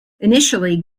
initially